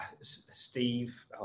Steve